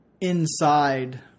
inside